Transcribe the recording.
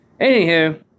Anywho